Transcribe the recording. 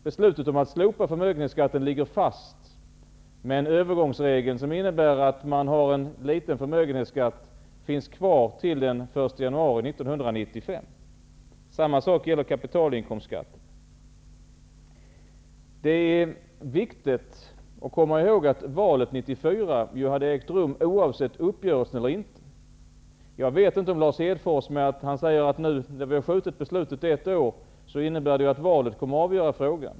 Beslutet om att slopa förmögenhetsskatten ligger fast, men med en övergångsregel som innebär att man har en liten förmögenhetsskatt kvar till den 1 januari 1995. Samma sak gäller kapitalinkomstskatten. Det är viktigt att komma ihåg att valet 1994 äger rum oavsett om vi träffat en uppgörelse eller inte. Lars Hedfors säger att eftersom vi har förskjutit beslutet ett år kommer valet att avgöra frågan.